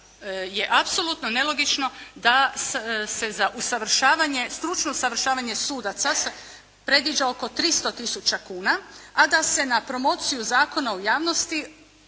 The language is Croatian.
je apsolutno nelogično da se usavršavanje, stručno usavršavanje sudaca predviđa oko 300 tisuća kuna a da se na promociju Zakona u javnosti